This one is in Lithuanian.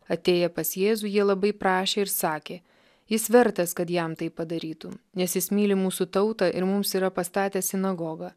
atėję pas jėzų jie labai prašė ir sakė jis vertas kad jam tai padarytų nes jis myli mūsų tautą ir mums yra pastatęs sinagogą